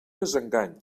desengany